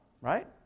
right